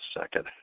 second